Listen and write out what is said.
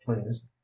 please